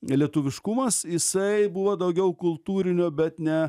lietuviškumas jisai buvo daugiau kultūrinio bet ne